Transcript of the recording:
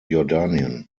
jordanien